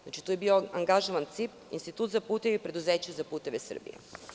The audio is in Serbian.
Znači, tu je bio angažovan CIP, Institut za puteve i Preduzeće za puteve Srbije.